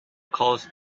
caused